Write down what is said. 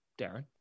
Darren